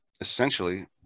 essentially